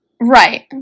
right